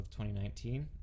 2019